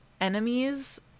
enemies